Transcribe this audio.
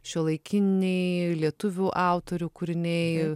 šiuolaikiniai lietuvių autorių kūriniai